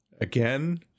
Again